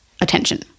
attention